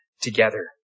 together